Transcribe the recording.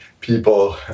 people